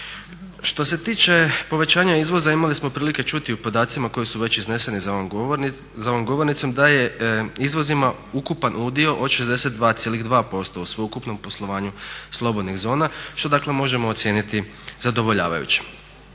Što se tiče povećanja izvoza imali smo prilike čuti u podacima koji su već izneseni za ovom govornicom da je izvoz imao ukupan udio od 62,2% u sveukupnom poslovanju slobodnih zona što dakle možemo ocijeniti zadovoljavajućim.